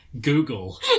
Google